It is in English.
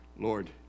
Lord